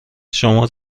شما